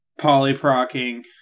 polyprocking